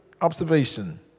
observation